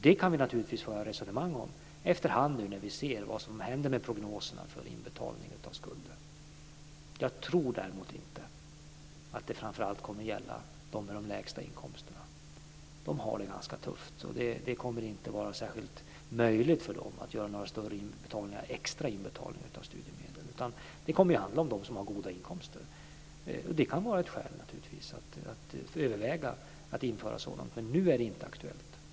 Det kan vi efterhand som vi ser vad som händer med prognoserna för inbetalning av skulder föra resonemang om. Jag tror däremot inte att detta kommer att gälla dem med de lägsta inkomsterna. De har det ganska tufft. Det kommer inte att vara möjligt för dem att göra extra inbetalningar av studiemedel. Det kommer att handla om dem med goda inkomster. Det kan vara ett skäl att överväga att införa sådant, men nu är det inte aktuellt.